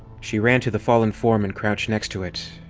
she ran to the fallen form and crouched next to it.